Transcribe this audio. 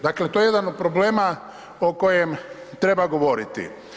Dakle, to je jedna od problema o kojem treba govoriti.